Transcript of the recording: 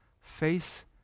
face